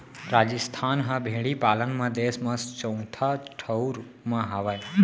राजिस्थान ह भेड़ी पालन म देस म चउथा ठउर म हावय